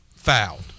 fouled